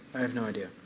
i have no idea.